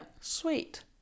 sweet